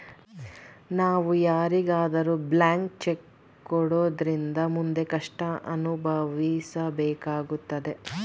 ನಾವು ಯಾರಿಗಾದರೂ blank cheque ಕೊಡೋದ್ರಿಂದ ಮುಂದೆ ಕಷ್ಟ ಅನುಭವಿಸಬೇಕಾಗುತ್ತದೆ